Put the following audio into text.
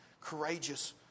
Courageous